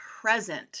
present